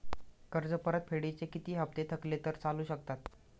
कर्ज परतफेडीचे किती हप्ते थकले तर चालू शकतात?